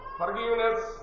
forgiveness